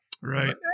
right